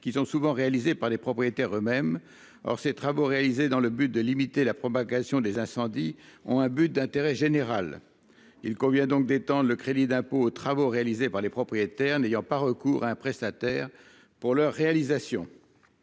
qui sont souvent réalisés par les propriétaires eux-mêmes or ces travaux réalisés dans le but de limiter la propagation des incendies ont un but d'intérêt général. Il convient donc d'étendre le crédit d'impôt aux travaux réalisés par les propriétaires n'ayant pas recours à un prestataire pour leur réalisation.